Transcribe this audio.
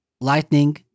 lightning